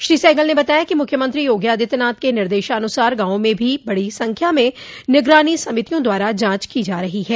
श्री सहगल ने बताया कि मुख्यमंत्री योगी आदित्यनाथ के निर्देशानुसार गांवों में भी बडी संख्या में निगरानी समितियों द्वारा जांच की जा रही है